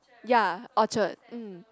ya Orchard mm